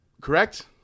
Correct